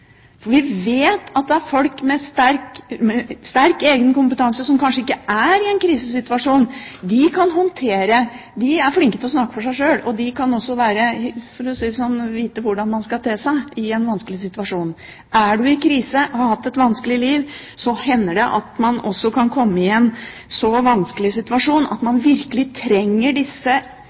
i en krisesituasjon, kan håndtere det; de er flinke til å snakke for seg sjøl, og de vet også hvordan man skal te seg i en vanskelig situasjon. Er man i krise og har hatt et vanskelig liv, hender det at man også kan komme i en så vanskelig situasjon at man virkelig trenger disse